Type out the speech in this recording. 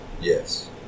Yes